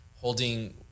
holding